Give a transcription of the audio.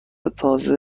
تازه